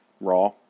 Raw